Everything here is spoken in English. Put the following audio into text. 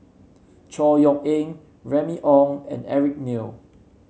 Chor Yeok Eng Remy Ong and Eric Neo